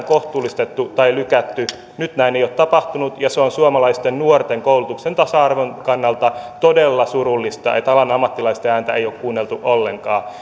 kohtuullistettu tai lykätty nyt näin ei ole tapahtunut ja on suomalaisten nuorten koulutuksen tasa arvon kannalta todella surullista että alan ammattilaisten ääntä ei ole kuunneltu ollenkaan